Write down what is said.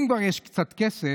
אם כבר יש קצת כסף,